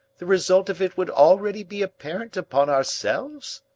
the result of it would already be apparent upon ourselves?